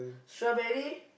strawberry